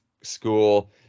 school